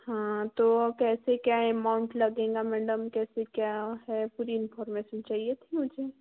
हाँ तो कैसे क्या है अमाउंट लगेगा मतलब कैसे क्या है पूरी इनफार्मेशन चाहिए थी मुझे